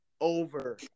over